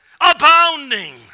abounding